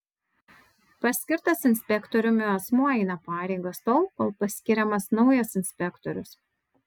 paskirtas inspektoriumi asmuo eina pareigas tol kol paskiriamas naujas inspektorius